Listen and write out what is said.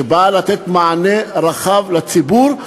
שבאה לתת מענה רחב לציבור,